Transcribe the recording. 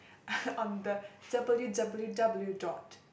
on the W W W dot